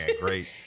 Great